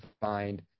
find